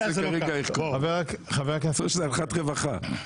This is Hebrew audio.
יש איזו אנחת רווחה.